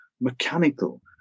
mechanical